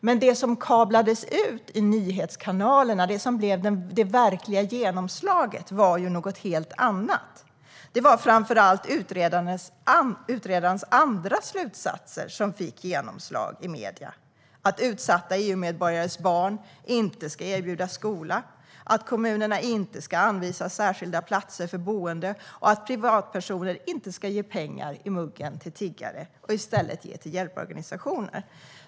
Men det som kablades ut i nyhetskanalerna och fick det verkliga genomslaget var något helt annat. Det var framför allt utredarens andra slutsatser som fick genomslag i medierna: att utsatta EU-medborgares barn inte ska erbjudas skola, att kommunerna inte ska anvisas särskilda platser för boende och att privatpersoner inte ska ge pengar i muggen till tiggare utan i stället ge till hjälporganisationer.